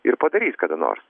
ir padarys kada nors